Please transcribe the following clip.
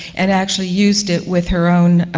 and actually used it with her own,